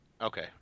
Okay